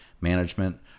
management